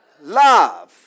Love